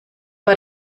war